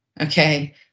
okay